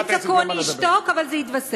ראשית אני מבקשת לקבל אותה רשות דיבור,